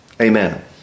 amen